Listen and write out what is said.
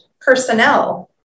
personnel